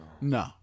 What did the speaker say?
no